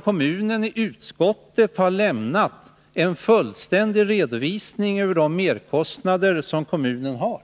Kommunen har ju i utskottet lämnat en fullständig redovisning för de merkostnader som man har.